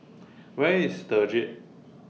Where IS The Jade